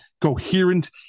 coherent